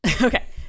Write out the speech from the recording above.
Okay